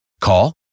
Call